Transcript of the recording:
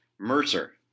Mercer